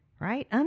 right